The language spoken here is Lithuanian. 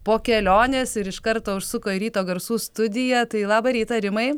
po kelionės ir iš karto ušsuko į ryto garsų studiją tai labą rytą rimai